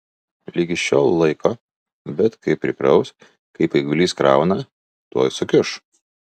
ligi šiol laiko bet kai prikraus kaip eigulys krauna tuoj sukiuš